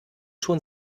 schon